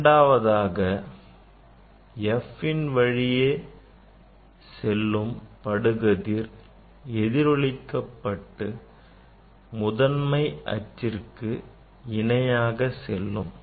இரண்டாவதாக F வழியே செல்லும் FL படுகதிர் எதிரொளிக்கப்பட்டு முதன்மை அச்சுக்கு இணையாக செல்லும்